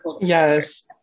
Yes